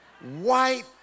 White